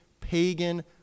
pagan